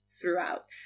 throughout